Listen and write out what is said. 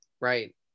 Right